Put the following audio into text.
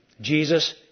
Jesus